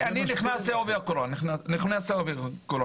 בהחלט, אני נכנס לעובי הקורה.